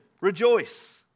rejoice